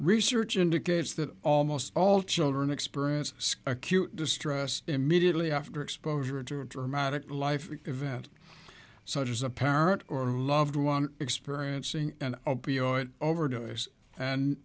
research indicates that almost all children experience acute distress immediately after exposure to a dramatic life event such as a parent or a loved one experiencing an opioid overdose and